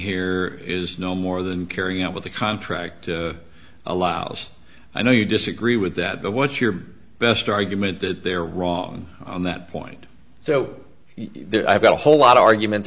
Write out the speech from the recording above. here is no more than carrying out what the contract allows i know you disagree with that but what's your best argument that they're wrong on that point so i've got a whole lot of argument